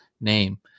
name